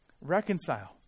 Reconcile